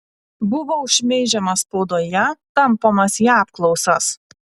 buvau šmeižiamas spaudoje tampomas į apklausas